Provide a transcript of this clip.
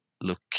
look